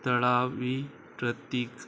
तळावी प्रतीक